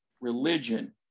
religion